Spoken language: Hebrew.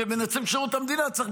ובנציבות שירות המדינה צריך,